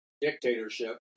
dictatorship